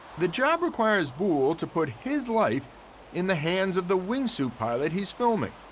the job requires boole to put his life in the hands of the wingsuit pilot he's filming,